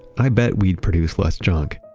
i bet we'd produce less junk.